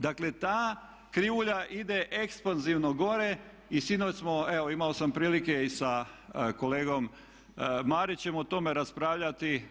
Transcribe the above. Dakle, ta krivulja ide ekspanzivno gore i sinoć smo, evo imao sam prilike i sa kolegom Marićem o tome raspravljati.